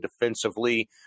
defensively